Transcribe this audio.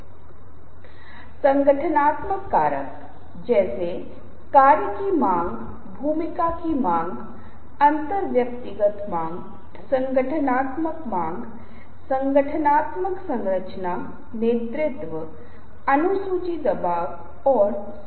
इसलिए जब आप दर्शकों को मुस्कुरा रहे होते हैं और दर्शक वापस मुस्कुराते हैं तो आप खुश महसूस करते हैं आप तनावमुक्त महसूस करते हैं और यह महसूस होता है कि यह एक अच्छी प्रस्तुति होने जा रही है